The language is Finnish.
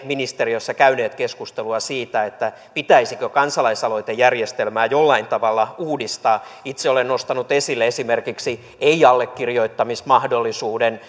ministeriössä käyneet keskustelua siitä pitäisikö kansalaisaloitejärjestelmää jollain tavalla uudistaa itse olen nostanut esille esimerkiksi ei allekirjoittamismahdollisuuden